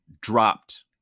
dropped